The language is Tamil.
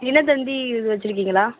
தினத்தந்தி இது வச்சிருக்கீங்களா